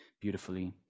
beautifully